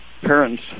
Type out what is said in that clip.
parents